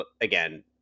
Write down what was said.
Again